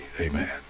Amen